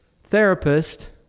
therapist